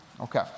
Okay